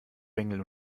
bengel